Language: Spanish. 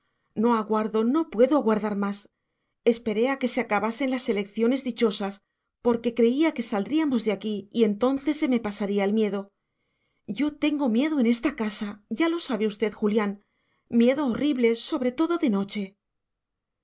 no aguardo no puedo aguardar más esperé a que se acabasen las elecciones dichosas porque creía que saldríamos de aquí y entonces se me pasaría el miedo yo tengo miedo en esta casa ya lo sabe usted julián miedo horrible sobre todo de noche